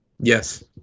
Yes